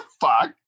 fuck